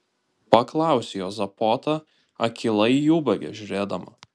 paklausė juozapota akylai į ubagę žiūrėdama